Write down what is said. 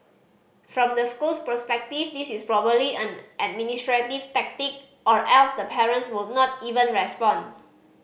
from the school's perspective this is probably an administrative tactic or else the parents would not even respond